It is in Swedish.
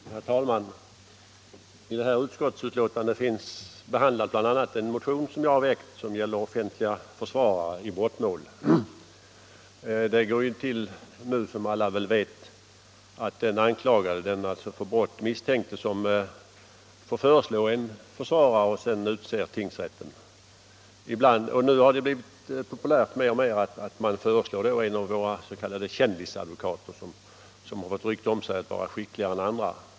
Herr talman! I detta utskottsbetänkande behandlas bl.a. en motion som Offentliga försvarajag har väckt och som gäller offentliga försvarare i brottmål. Som alla väl — re i brottmål vet går det så till att den anklagade, alltså den för brott misstänkte, får föreslå en försvarare, och sedan utser tingsrätten vem som skall försvara honom. Nu har det emellertid blivit mer och mer populärt att de anklagade föreslår en av våra s.k. kändisadvokater, som har rykte om sig att vara skickligare än andra.